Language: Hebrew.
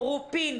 רופין,